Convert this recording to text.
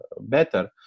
better